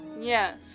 Yes